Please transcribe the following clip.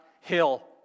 hill